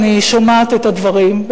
אני שומעת את הדברים,